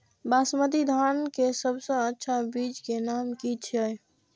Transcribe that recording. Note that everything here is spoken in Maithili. बासमती धान के सबसे अच्छा बीज के नाम की छे?